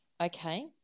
Okay